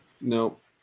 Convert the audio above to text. Nope